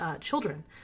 children